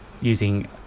using